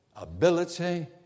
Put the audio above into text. Ability